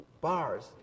bars